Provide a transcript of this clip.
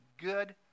good